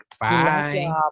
Bye